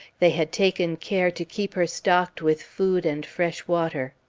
they had taken care to keep her stocked with food and fresh water.